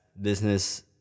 business